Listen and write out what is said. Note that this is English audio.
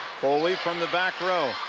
foley from the back row.